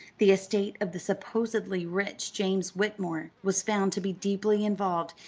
the estate of the supposedly rich james whitmore was found to be deeply involved,